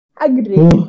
Agree